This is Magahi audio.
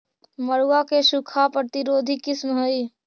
मड़ुआ के सूखा प्रतिरोधी किस्म हई?